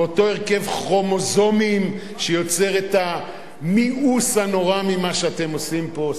מאותו הרכב כרומוזומים שיוצר את המיאוס הנורא ממה שאתם עושים פה?